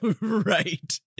Right